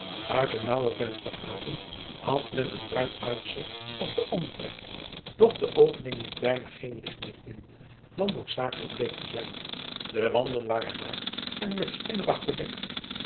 uit de nauwe venstergaten had men een ruim uitzicht op den omtrek doch de opening liet bijna geen licht meer in dan noodzakelijk bleek te zijn de wanden waren naakt en met spinrag